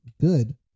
good